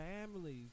families